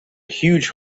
huge